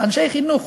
זה אנשי חינוך,